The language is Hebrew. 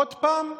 עוד פעם?